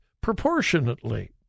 proportionately